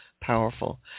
powerful